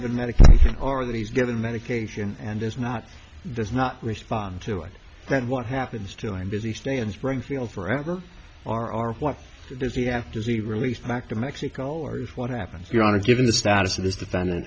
given medication or that he's given medication and there's not there's not respond to it then what happens till i'm busy stay in springfield forever or or what does he have to be released back to mexico or what happens your honor given the status of this defendant